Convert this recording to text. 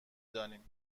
دانیم